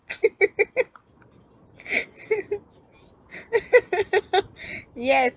yes